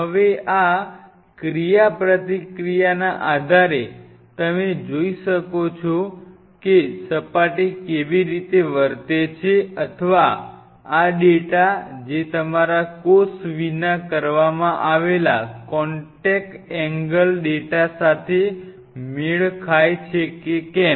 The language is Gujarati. હવે આ ક્રિયાપ્રતિક્રિયાના આધારે તમે જોઈ શકો છો કે સપાટી કેવી રીતે વર્તે છે અથવા આ ડેટા જે તમારા કોષ વિના કરવામાં આવેલા કોંટેક એંગલ ડેટા સાથે મેળ ખાય છે કે કેમ